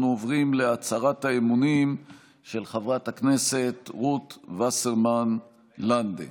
אנחנו עוברים להצהרת האמונים של חברת הכנסת רות וסרמן לנדה.